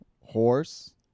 Horse